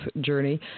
journey